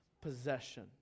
possession